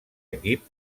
equip